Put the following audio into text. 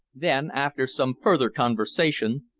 then, after some further conversation,